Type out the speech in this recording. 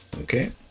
okay